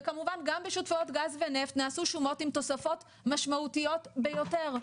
וכמובן גם בשותפויות גז ונפט נעשו שומות עם תוספות משמעותיות ביותר.